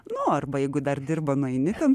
nu arba jeigu dar dirba nueini ten